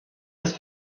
des